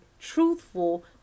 truthful